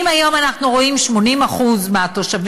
ואם היום אנחנו רואים ש-80% מהתושבים